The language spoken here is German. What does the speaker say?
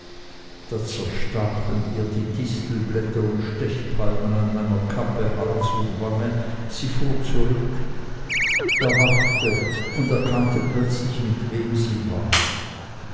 da zerstachen ihr die distelblätter und stechpalmen an meiner kappe hals und wange sie fuhr zurück erwachte und erkannte plötzlich mit wem sie war